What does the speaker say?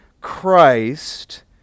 Christ